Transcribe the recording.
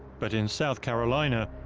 but in south carolina,